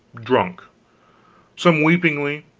drunk some weepingly,